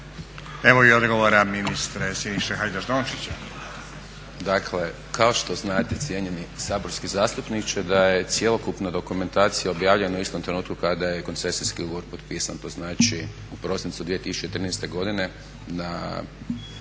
Evo i odgovora ministra Hajdaš-Dončića. **Hajdaš Dončić, Siniša (SDP)** Dakle, kao što znate cijenjeni saborski zastupniče da je cjelokupna dokumentacija objavljena u istom trenutku kada je koncesijski ugovor potpisan, to znači u prosincu 2013. godine ne